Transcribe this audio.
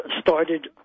started